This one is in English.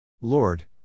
Lord